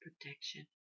protection